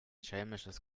schelmisches